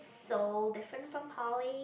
so different from poly